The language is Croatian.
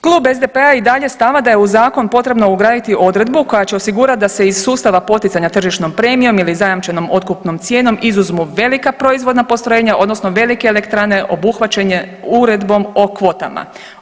Klub SDP-a je i dalje stava da je u zakon potrebno ugraditi odredbu koja će osigurati da se iz sustava poticanja tržišnom premijom ili zajamčenom otkupnom cijenom izuzmu velika proizvodna postrojenja odnosno velike elektrane obuhvaćene Uredbom o kvotama.